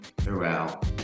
throughout